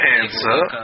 answer